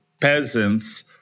peasants